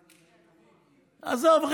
עזוב,